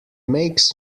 makes